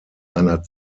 einer